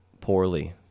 poorly